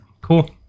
Cool